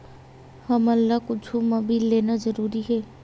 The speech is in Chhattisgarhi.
हमला कुछु मा बिल लेना जरूरी हे?